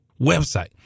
website